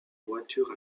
voitures